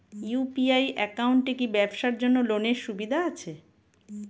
UPI একাউন্টে কি ব্যবসার জন্য লোনের সুবিধা আছে?